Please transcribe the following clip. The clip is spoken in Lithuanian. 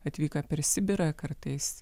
atvyko per sibirą kartais